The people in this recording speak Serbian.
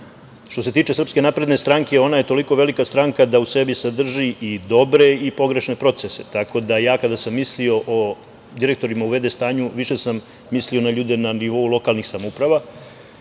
se tiče SNS ona je toliko velika stranka da u sebi sadrži i dobre i pogrešne procese, tako da, ja kada sam mislio o direktorima u v.d. stanju više sam mislio na ljude na nivou lokalnih samouprava